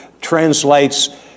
translates